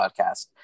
podcast